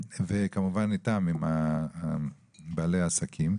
וכמובן גם עם בעלי העסקים,